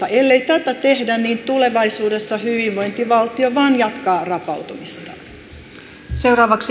ellei tätä tehdä niin tulevaisuudessa hyvinvointivaltio vain jatkaa rapautumistaan